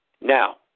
Now